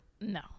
no